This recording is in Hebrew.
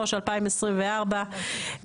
2023-2024,